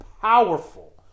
powerful